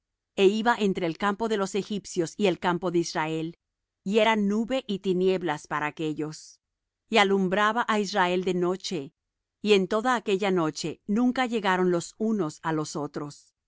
e iba entre el campo de los egipcios y el campo de israel y era nube y tinieblas para aquéllos y alumbraba á israel de noche y en toda aquella noche nunca llegaron los unos á los otros